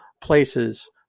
places